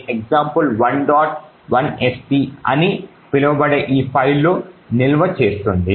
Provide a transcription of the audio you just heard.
lst అని పిలువబడే ఈ ఫైల్లో నిల్వ చేస్తుంది